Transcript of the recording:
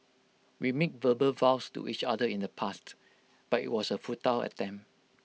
we made verbal vows to each other in the past but IT was A futile attempt